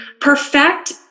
perfect